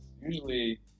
usually